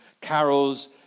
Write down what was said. carols